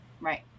Right